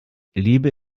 liebe